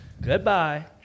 Goodbye